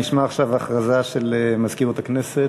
נשמע עכשיו הודעה של מזכירות הכנסת.